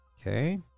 Okay